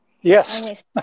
Yes